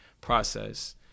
process